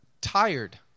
tired